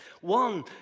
One